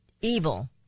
Evil